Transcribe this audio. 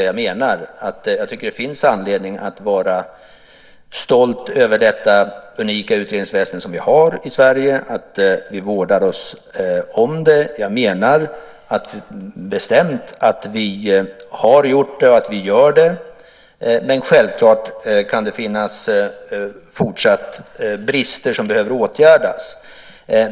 Jag menar att det finns anledning att vara stolt över det unika utredningsväsende som vi har i Sverige och att vi vårdar oss om det. Jag menar bestämt att vi har gjort det och att vi gör det. Men självklart kan det fortsatt finnas brister som behöver åtgärdas.